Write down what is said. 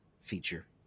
feature